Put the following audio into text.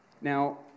Now